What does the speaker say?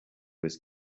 was